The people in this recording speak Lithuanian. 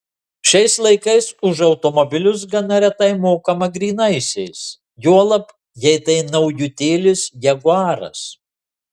šiais laikais už automobilius gana retai mokama grynaisiais juolab jei tai naujutėlis jaguaras